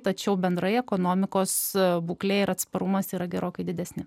tačiau bendroje ekonomikos būkle ir atsparumas yra gerokai didesni